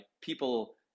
people